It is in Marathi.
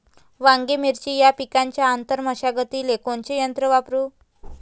वांगे, मिरची या पिकाच्या आंतर मशागतीले कोनचे यंत्र वापरू?